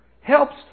helps